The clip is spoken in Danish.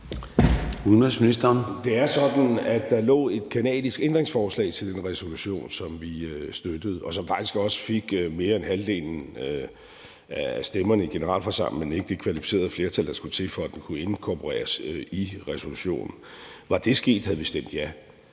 Det er sådan, at der lå et canadisk ændringsforslag til den resolution, som vi støttede, og som faktisk også fik mere end halvdelen af stemmerne i generalforsamlingen, men ikke fik det kvalificerede flertal, der skulle til, for at det kunne inkorporeres i resolutionen. Var det sket, havde vi stemt ja,